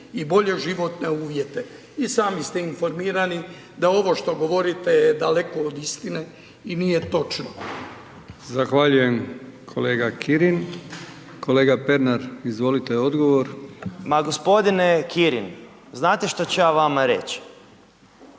i bolje životne uvijete, i sami ste informirani da ovo što govorite je daleko od istine i nije točno. **Brkić, Milijan (HDZ)** Zahvaljujem kolega Kirin. Kolega Pernar izvolite odgovor. **Pernar, Ivan (Nezavisni)** Ma gospodine Kirin, znate što ću ja vama reć'?